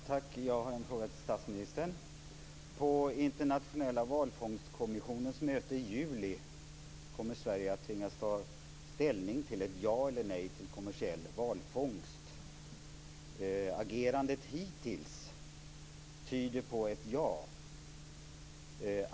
Fru talman! Jag har en fråga till statsministern. På Internationella valfångstkommissionens möte i juli kommer Sverige att tvingas ta ställning till ett ja eller ett nej till kommersiell valfångst. Agerandet hittills tyder på ett ja.